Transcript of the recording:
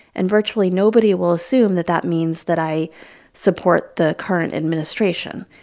and virtually nobody will assume that that means that i support the current administration.